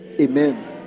Amen